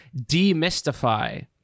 demystify